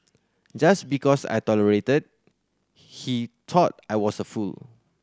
just because I tolerated he thought I was a fool